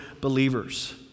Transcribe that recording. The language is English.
believers